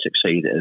succeed